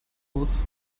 muss